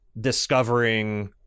discovering